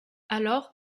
alors